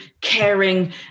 caring